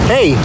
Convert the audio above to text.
Hey